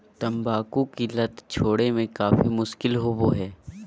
तंबाकू की लत छोड़े में काफी मुश्किल होबो हइ